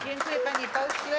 Dziękuję, panie pośle.